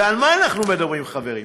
ועל מה אנחנו מדברים, חברים?